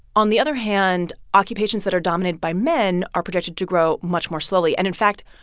on the other hand, occupations that are dominated by men are projected to grow much more slowly. and, in fact,